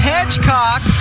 Hedgecock